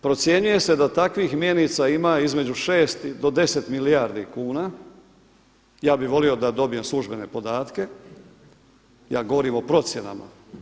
Procjenjuje se da takvih mjenica ima između šest do deset milijardi kuna, ja bi volio da dobijem službene podatke, ja govorim o procjenama.